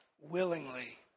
willingly